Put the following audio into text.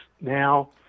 now